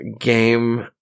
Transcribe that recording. game